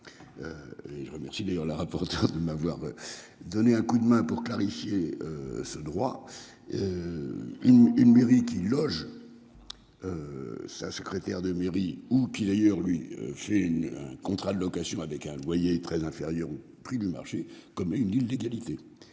Je remercie d'ailleurs le rapporteur de m'avoir. Donné un coup de main pour clarifier ce droit. Une une mairie qui loge. Sa secrétaire de mairie ou qui d'ailleurs lui c'est une, un contrat de location avec un loyer très inférieur au prix du marché comme une illégalité.